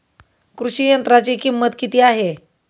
कृषी यंत्राची किंमत किती आहे?